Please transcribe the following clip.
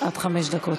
עד חמש דקות.